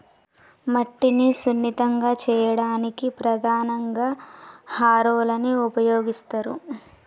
మట్టిని సున్నితంగా చేయడానికి ప్రధానంగా హారోలని ఉపయోగిస్తరు